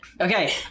Okay